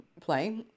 play